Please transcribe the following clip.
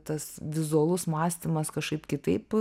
tas vizualus mąstymas kažkaip kitaip